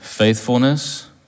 faithfulness